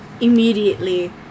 immediately